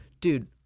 Dude